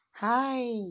Hi